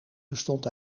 bestond